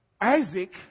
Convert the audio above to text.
Isaac